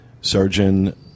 Surgeon